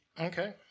Okay